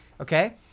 Okay